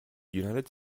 united